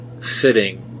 sitting